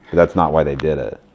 that's not why they did it.